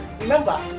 remember